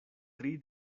tri